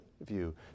view